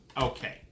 Okay